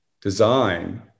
design